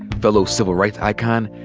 fellow civil rights icon,